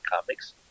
comics